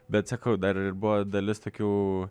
bet sakau dar ir buvo dalis tokių